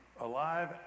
alive